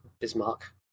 Bismarck